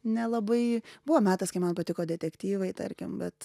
nelabai buvo metas kai man patiko detektyvai tarkim bet